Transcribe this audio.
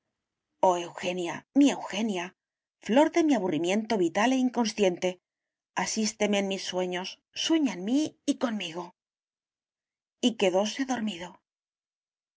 oh eugenia mi eugenia flor de mi aburrimiento vital e inconsciente asísteme en mis sueños sueña en mí y conmigo y quedóse dormido